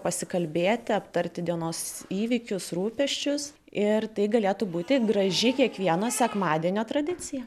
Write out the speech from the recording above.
pasikalbėti aptarti dienos įvykius rūpesčius ir tai galėtų būti graži kiekvieno sekmadienio tradicija